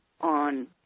on